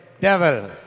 devil